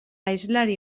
hizlari